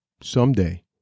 someday